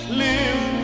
live